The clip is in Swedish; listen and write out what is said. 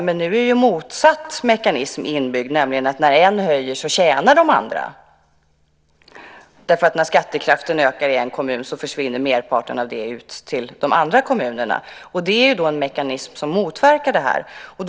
Nu finns emellertid en motsatt mekanism inbyggd, det vill säga att när en höjer så tjänar de andra på det. När skattekraften ökar i en kommun försvinner nämligen merparten av den ut till de andra kommunerna. Det är alltså en motverkande mekanism.